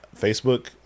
Facebook